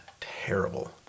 Terrible